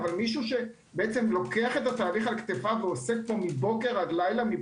אבל מישהו שלוקח את התהליך על כתפיו ועושה אותו מבוקר עד לילה.